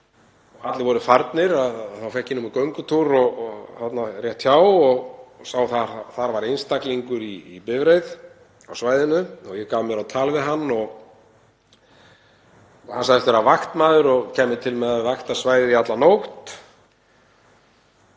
allir voru farnir, þá fékk ég mér göngutúr rétt hjá og sá að þar var einstaklingur í bifreið á svæðinu. Ég gaf mig á tal við hann og hann sagðist vera vaktmaður og kæmi til með að vakta svæðið í alla nótt.